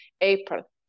april